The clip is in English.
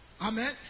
Amen